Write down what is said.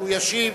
כשהוא ישיב,